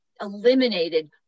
eliminated